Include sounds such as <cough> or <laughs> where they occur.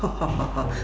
<laughs>